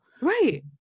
Right